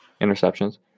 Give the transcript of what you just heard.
interceptions